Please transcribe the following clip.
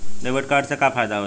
Debit card से का फायदा होई?